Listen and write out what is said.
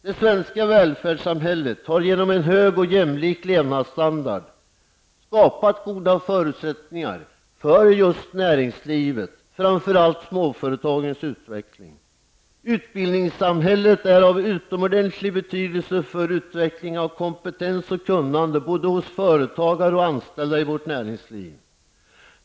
Det svenska välfärdssamhället har genom en hög och jämlik levnadsstandard skapat goda förutsättningar för just näringslivet framför allt småföretagens utveckling. Utbildningssamhället är av utomordentlig betydelse för utveckling av kompetens och kunnande både hos företagare och anställda i vårt näringsliv.